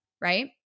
right